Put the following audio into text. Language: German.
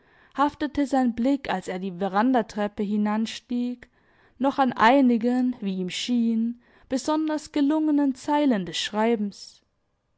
haftete sein blick als er die verandatreppe hinanstieg noch an einigen wie ihm schien besonders gelungenen zeilen des schreibens